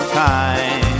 time